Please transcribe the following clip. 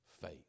faith